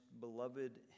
beloved